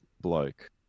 bloke